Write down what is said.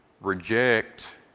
reject